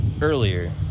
earlier